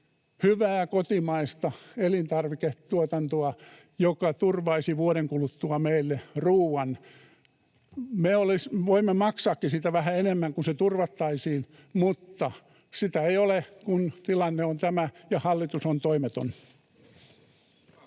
hyvää kotimaista elintarviketuotantoa, joka turvaisi vuoden kuluttua meille ruoan. Me voisimme maksaakin siitä vähän enemmän, kun se turvattaisiin, mutta sitä ei ole, kun tilanne on tämä ja hallitus on toimeton.